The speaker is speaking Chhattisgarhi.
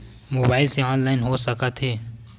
मोबाइल से ऑनलाइन हो सकत हे?